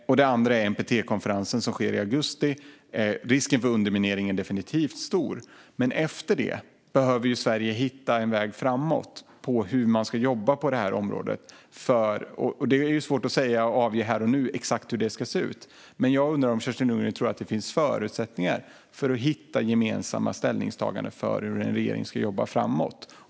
Den andra är NPT-konferensen som ska äga rum i augusti. Risken för underminering är definitivt stor. Men efter detta måste Sverige hitta en väg framåt när det gäller hur man ska jobba på det här området. Det är svårt att säga här och nu exakt hur det ska se ut, men jag undrar om Kerstin Lundgren tror att det finns förutsättningar att hitta gemensamma ställningstaganden när det gäller hur en regering ska jobba framåt.